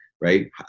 right